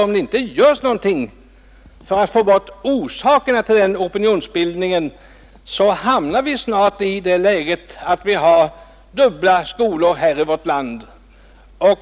Om det inte görs något för att få bort grundorsakerna till denna opinionsbildning, hamnar vi snart i det läget att vi har dubbla skolsystem här i vårt land.